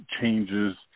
changes